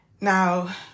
Now